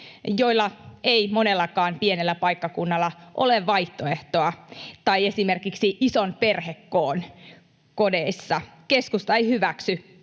ole vaihtoehtoa pienellä paikkakunnalla tai esimerkiksi ison perhekoon kodeissa. Keskusta ei hyväksy